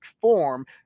form